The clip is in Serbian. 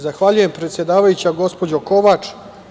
Zahvaljujem, predsedavajuća gospođo Kovač.